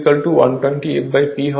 সুতরাং এখানে n S 120 fP হয়